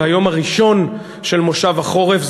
זה היום הראשון של כנס החורף,